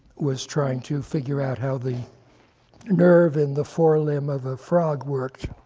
was trying to figure out how the nerve in the forelimb of a frog worked.